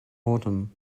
autumn